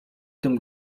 tym